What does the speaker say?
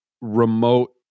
remote